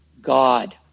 God